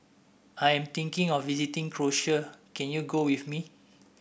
I am thinking of visiting Croatia can you go with me